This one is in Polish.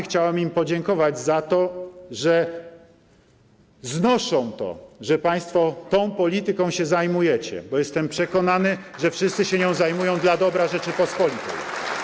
Chciałem im podziękować za to, że znoszą to, że Państwo tą polityką się zajmują, bo jestem przekonany, że wszyscy się nią zajmują dla dobra Rzeczypospolitej.